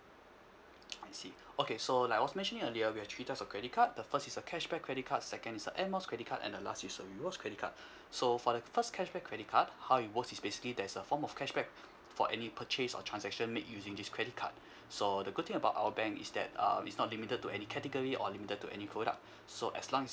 I see okay so like I was mentioning earlier we have three types of credit card the first is a cashback credit card second is a air miles credit card and the last is a rewards credit card so for the first cashback credit card how it works is basically there's a form of cashback for any purchase or transaction made using this credit card so the good thing about our bank is that uh it's not limited to any category or limited to any product so as long as